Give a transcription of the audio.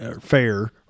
fair